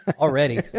Already